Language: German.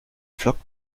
flockt